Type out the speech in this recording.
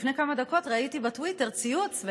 לפני כמה דקות ראיתי בטוויטר ציוץ,